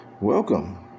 Welcome